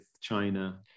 China